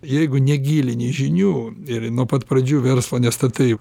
jeigu negilini žinių ir nuo pat pradžių verslo nestatai